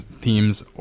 themes